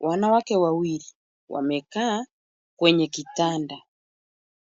Wanawake wawili wamekaa kwenye kitanda